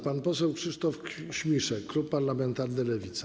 Pan poseł Krzysztof Śmiszek, klub parlamentarny Lewica.